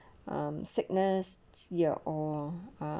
um sickness ya or ah